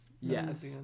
Yes